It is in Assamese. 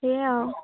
এইয়া অঁ